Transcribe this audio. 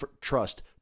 trust